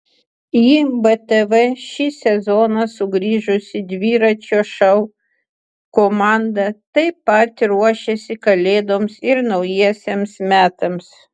į btv šį sezoną sugrįžusi dviračio šou komanda taip pat ruošiasi kalėdoms ir naujiesiems metams